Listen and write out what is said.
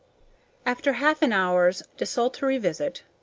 after half an hour's desultory visit,